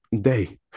day